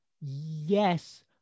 yes